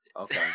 okay